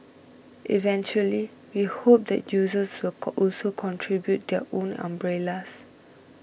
eventually we hope that users will also contribute their own umbrellas